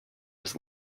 his